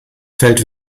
feld